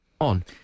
on